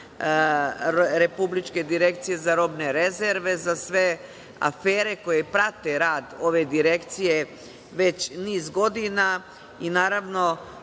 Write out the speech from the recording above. Republičke direkcije za robne rezerve za sve afere koje prate rad ove Direkcije već niz godina i nekako